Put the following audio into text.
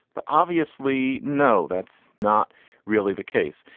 but obviously, no, that's not really the case.